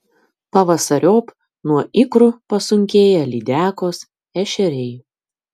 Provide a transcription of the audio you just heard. pavasariop nuo ikrų pasunkėja lydekos ešeriai